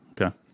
okay